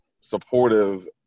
supportive